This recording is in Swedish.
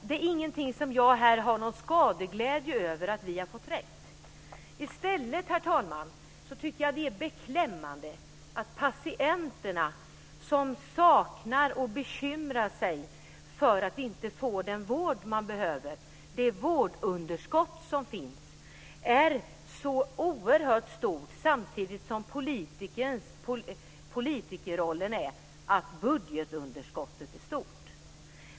Det är ingenting som jag har någon skadeglädje över att vi har fått rätt. I stället tycker jag att det är beklämmande att patienterna bekymrar sig för att inte få den vård de behöver. Det vårdunderskott som finns är oerhört stort samtidigt som politikerparollen är att budgetunderskottet stort.